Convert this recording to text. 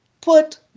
put